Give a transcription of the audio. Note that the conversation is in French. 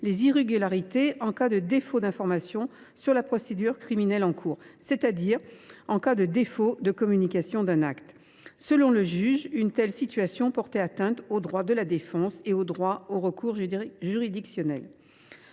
les irrégularités en cas de défaut d’information sur la procédure criminelle en cours, c’est à dire en cas de défaut de communication d’un acte. Selon le juge, une telle situation portait atteinte aux droits de la défense et au droit au recours juridictionnel.